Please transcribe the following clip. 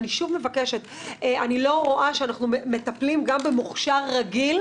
אני לא רואה שאנחנו מטפלים במוכש"ר רגיל,